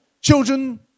children